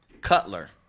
Cutler